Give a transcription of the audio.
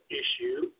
issue